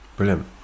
Brilliant